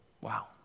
Wow